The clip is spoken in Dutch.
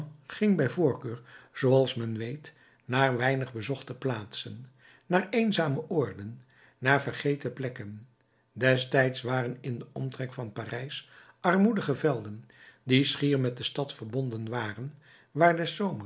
ging bij voorkeur zooals men weet naar weinig bezochte plaatsen naar eenzame oorden naar vergeten plekken destijds waren in den omtrek van parijs armoedige velden die schier met de stad verbonden waren waar